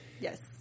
Yes